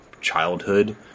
childhood